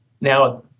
Now